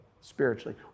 spiritually